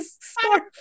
scarf